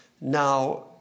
Now